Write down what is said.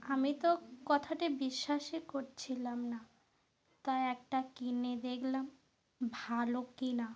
আমি তো কথাটি বিশ্বাসই করছিলাম না তাই একটা কিনে দেখলাম ভালো কি না